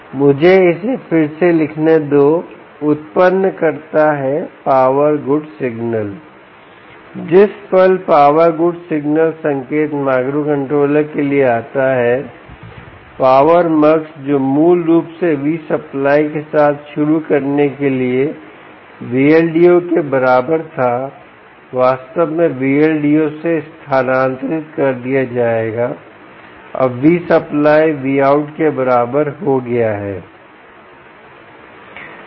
मुझे इसे फिर से लिखने दो उत्पन्न करता है पावर गुड सिग्नलजिस पल पावर गुड सिग्नल संकेत microcontroller के लिए आता है पावर mux जो मूल रूप से Vsupply के साथ शुरू करने के लिए Vldo के बराबर था वास्तव में Vldo से स्थानांतरित कर दिया जाएगा अब Vsupply Vout के बराबर हो गया है